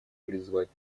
призвать